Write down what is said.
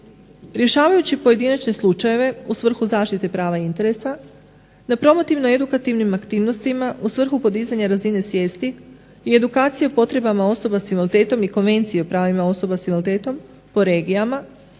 Rješavajući pojedinačne slučajeve u svrhu zaštite prava interesa na promotivno edukativnim aktivnostima u svrhu podizanja razine svijesti i edukacija o potrebama osoba sa invaliditetom i konvencija o pravima osoba s invaliditetom po regijama